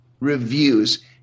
Reviews